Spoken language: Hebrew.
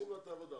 נעולה.